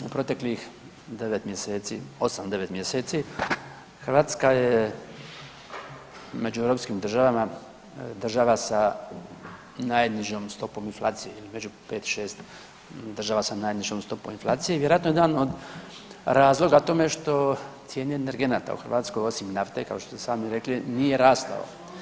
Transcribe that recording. U proteklih 9 mjesec, 8-9 mjeseci Hrvatska je među europskim državama država sa najnižom stopom inflacije, među 5-6 država sa najnižom stopom inflacije i vjerojatno je jedan od razloga tome što cijene energenata u Hrvatskoj osim nafte, kao što ste i sami rekli, nije rastao.